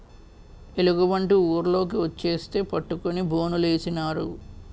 ఎలుగుబంటి ఊర్లోకి వచ్చేస్తే పట్టుకొని బోనులేసినారు